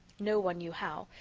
no one knew how,